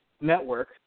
network